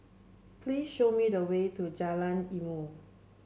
please show me the way to Jalan Ilmu